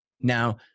Now